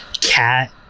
cat